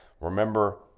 remember